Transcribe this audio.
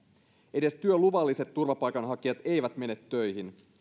edes työluvalliset turvapaikanhakijat eivät mene töihin